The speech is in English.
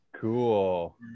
Cool